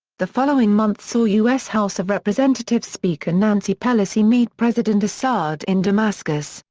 the following month saw us house of representatives speaker nancy pelosi meet president assad in damascus,